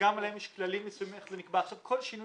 שגם עליהם יש כללים מסוימים איך זה נקבע כל שינוי